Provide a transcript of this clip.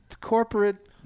corporate